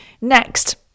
Next